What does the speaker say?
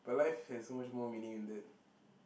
but life has so much more meaning in that